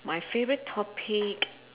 my favourite topic